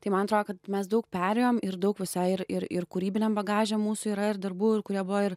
tai man atrodo kad mes daug perėjom ir daug visai ir ir ir kūrybiniam bagaže mūsų yra ir darbų ir kurie buvo ir